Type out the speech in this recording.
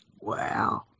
Wow